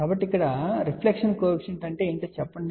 కాబట్టి reflection coefficient అంటే ఏమిటో చెప్పండి